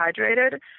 hydrated